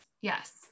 yes